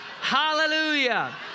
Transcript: hallelujah